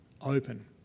open